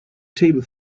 table